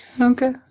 Okay